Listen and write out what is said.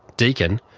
deakin,